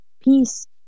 peace